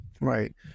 Right